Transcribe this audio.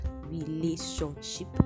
relationship